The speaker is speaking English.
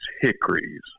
hickories